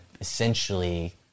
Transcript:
essentially